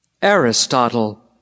Aristotle